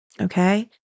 okay